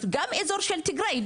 גם אזור של תיגראי,